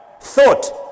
thought